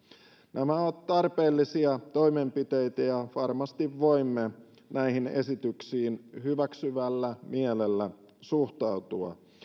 nämä ovat tarpeellisia toimenpiteitä ja varmasti voimme näihin esityksiin hyväksyvällä mielellä suhtautua